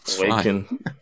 Awaken